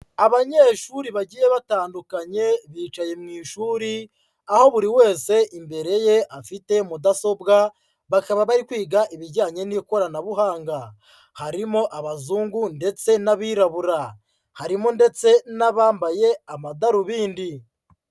Abanyeshuri bagiye batandukanye bicaye mu ishuri, aho buri wese imbere ye afite mudasobwa bakaba bari kwiga ibijyanye n'ikoranabuhanga, harimo abazungu ndetse n'abirabura, harimo ndetse n'abambaye amadarubindi.